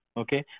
okay